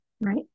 Right